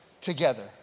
together